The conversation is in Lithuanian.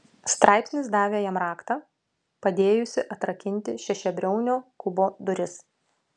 straipsnis davė jam raktą padėjusį atrakinti šešiabriaunio kubo duris